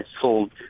sold